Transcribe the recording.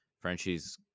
Frenchie's